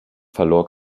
verlor